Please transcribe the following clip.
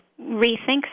rethink